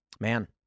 Man